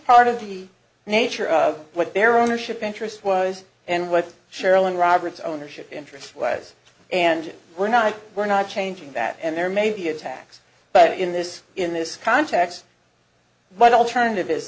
part of the nature of what their ownership interest was and what sherrilyn roberts ownership interest was and we're not we're not changing that and there may be attacks but in this in this context what alternative is